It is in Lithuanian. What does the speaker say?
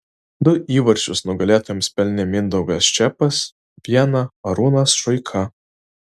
du įvarčius nugalėtojams pelnė mindaugas čepas vieną arūnas šuika